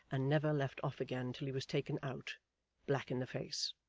and never left off again till he was taken out black in the face.